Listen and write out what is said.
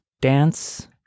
dance